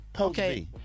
Okay